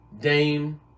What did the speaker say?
Dame